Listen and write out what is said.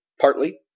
partly